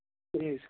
جی سر